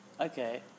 Okay